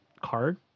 card